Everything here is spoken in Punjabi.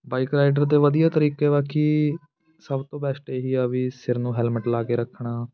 ਬਾਈਕ ਰਾਈਡਰ ਦੇ ਵਧੀਆ ਤਰੀਕੇ ਬਾਕੀ ਸਭ ਤੋਂ ਬੈਸਟ ਇਹੀ ਆ ਵੀ ਸਿਰ ਨੂੰ ਹੈਲਮਟ ਲਾ ਕੇ ਰੱਖਣਾ